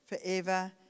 forever